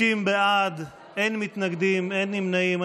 50 בעד, אין מתנגדים, אין נמנעים.